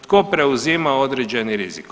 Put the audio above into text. Tko preuzima određeni rizik?